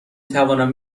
توانم